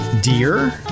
Dear